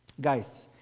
Guys